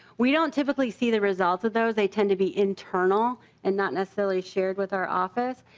we don't typically see the results of those they tend to be internal and not necessarily shared with our office.